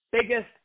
biggest